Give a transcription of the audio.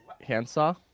handsaw